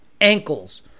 Ankles